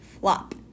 flop